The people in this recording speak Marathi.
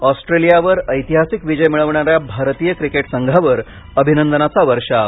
ऑस्ट्रेलियावर ऐतिहासिक विजय मिळवणाऱ्या भारतीय क्रिकेट संघावर अभिनंदनाचा वर्षाव